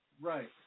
Right